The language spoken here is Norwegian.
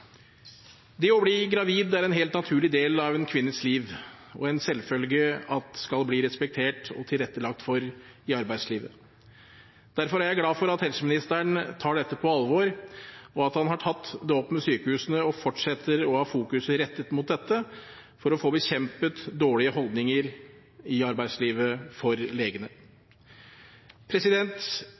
Det å bli gravid er en helt naturlig del av en kvinnes liv og en selvfølge at skal bli respektert og tilrettelagt for i arbeidslivet. Derfor er jeg glad for at helseministeren tar dette på alvor, og at han har tatt det opp med sykehusene og fortsetter å ha fokuset rettet mot dette for å få bekjempet dårlige holdninger i arbeidslivet for legene.